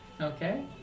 Okay